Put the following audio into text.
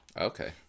Okay